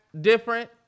different